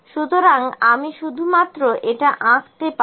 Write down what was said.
সুতরাং আমি শুধুমাত্র এটা আঁকতে পারব